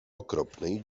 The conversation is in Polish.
okropnej